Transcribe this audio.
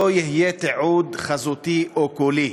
לא יהיה תיעוד חזותי או קולי.